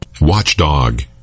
Watchdog